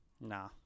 Nah